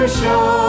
show